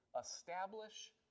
establish